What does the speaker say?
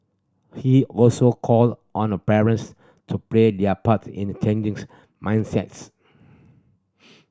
he also called on the parents to play their part in the changing's mindsets